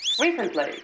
Recently